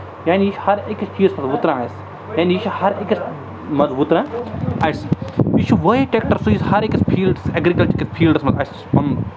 یعنی یہِ چھِ ہر أکِس چیٖزَس پٮ۪ٹھ وُتران اَسہِ یعنی یہِ چھُ ہر أکِس منٛز وُتران اَسہِ یہِ چھُ وٲحد ٹیٚکٹَر سُہ یُس ہَر أکِس فیٖلڈَس ایٚگرِکَلچَرکِس فیٖلڈَس منٛز اَسہِ پَنُن